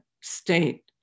state